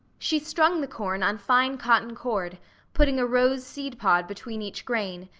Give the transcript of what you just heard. she strung the corn on fine cotton cord putting a rose seed pod between each grain,